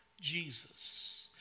Jesus